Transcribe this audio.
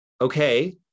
okay